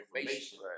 information